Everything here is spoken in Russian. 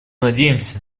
надеемся